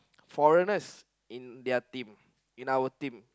foreigners in their team in our team